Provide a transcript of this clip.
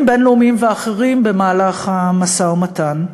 בין-לאומיים ואחרים במהלך המשא-ומתן.